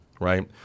Right